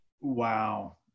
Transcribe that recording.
Wow